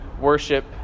worship